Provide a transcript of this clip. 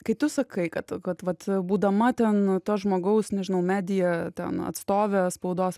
kai tu sakai kad kad vat būdama ten nu to žmogaus nežinau medija ten atstovė spaudos ar